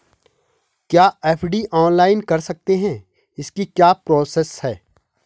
क्या FD online कर सकते हैं इसकी क्या प्रोसेस है?